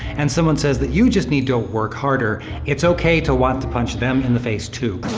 and someone says that you just need to work harder, it's okay to want to punch them in the face too.